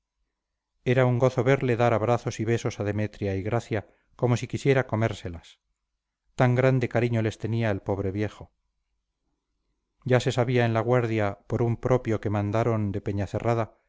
era un gozo verle dar abrazos y besos a demetria y gracia como si quisiera comérselas tan grande cariño les tenía el pobre viejo ya se sabía en la guardia por un propio que mandaron de